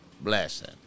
blessing